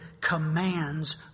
commands